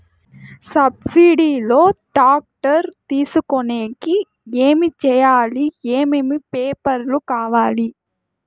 Subsidy లో tractor తీసుకొనేకి ఏమి చేయాలి? ఏమేమి పేపర్లు కావాలి?